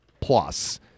plus –